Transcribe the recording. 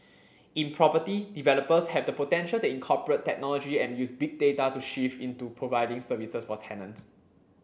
in property developers have the potential to incorporate technology and use Big Data to shift into providing services for tenants